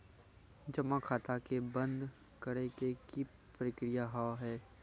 जमा खाता के बंद करे के की प्रक्रिया हाव हाय?